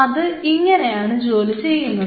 അത് ഇങ്ങനെയാണ് ജോലി ചെയ്യുന്നത്